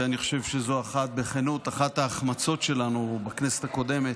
ואני חושב שזו בכנות אחת ההחמצות שלנו בכנסת הקודמת,